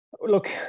look